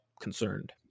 concerned